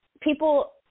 people